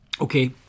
Okay